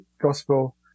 gospel